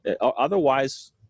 Otherwise